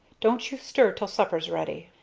don't you stir till supper's ready.